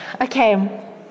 Okay